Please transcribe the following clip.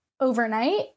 overnight